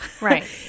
Right